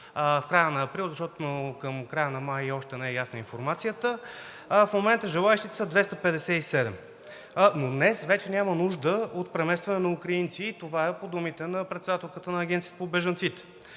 в края на месец април, защото към края на месец май още не е ясна информацията, в момента, желаещите са 257. Но днес вече няма нужда от преместване на украинци и това е по думите на председателката на Агенцията за бежанците.